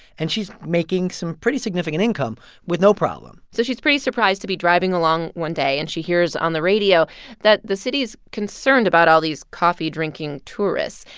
and she's making some pretty significant income with no problem so she's pretty surprised to be driving along one day, and she hears on the radio that the city is concerned about all these coffee-drinking tourists.